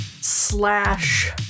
slash